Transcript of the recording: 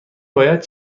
باید